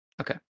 okay